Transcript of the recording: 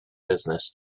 business